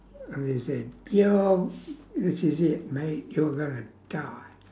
oh they say yo this is it mate you're gonna die